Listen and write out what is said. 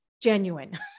genuine